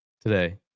today